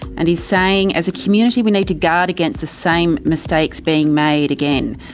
and he's saying, as a community we need to guard against the same mistakes being made again.